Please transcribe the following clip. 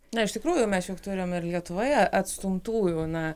na iš tikrųjų mes juk turim ir lietuvoje atstumtųjų na